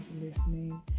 listening